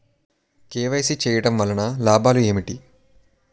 KYC చేయటం వలన లాభాలు ఏమిటి?